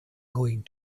going